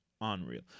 unreal